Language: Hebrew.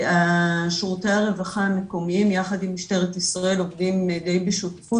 שירותי הרווחה המקומיים יחד עם משטרת ישראל עובדים די בשותפות.